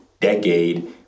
decade